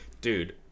Dude